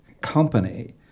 company